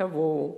תבואו,